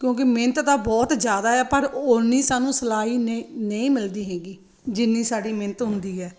ਕਿਉਂਕਿ ਮਿਹਨਤ ਤਾਂ ਬਹੁਤ ਜ਼ਿਆਦਾ ਆ ਪਰ ਉਹ ਉਨੀ ਸਾਨੂੰ ਸਿਲਾਈ ਨਹੀਂ ਨਹੀਂ ਮਿਲਦੀ ਹੈਗੀ ਜਿੰਨੀ ਸਾਡੀ ਮਿਹਨਤ ਹੁੰਦੀ ਹੈ